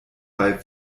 bei